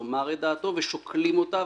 לומר את דעתו ושוקלים אותה,